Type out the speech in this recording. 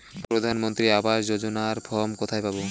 প্রধান মন্ত্রী আবাস যোজনার ফর্ম কোথায় পাব?